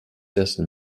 ersten